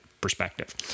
perspective